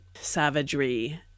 savagery